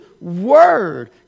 Word